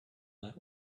that